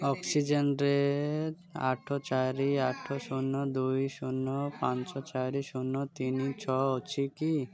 ଅକ୍ସିଜେନ୍ରେ ଆଠ ଚାରି ଆଠ ଶୂନ ଦୁଇ ଶୂନ ପାଞ୍ଚ ଚାରି ଶୂନ ତିନି ଛଅ ଅଛି କି